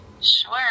Sure